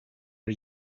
are